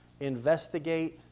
investigate